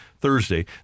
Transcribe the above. Thursday